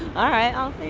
i'll